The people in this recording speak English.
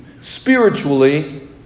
spiritually